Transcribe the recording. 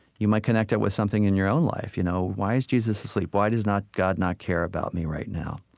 you might connect it with something in your own life. you know, why is jesus asleep? why does god not care about me right now?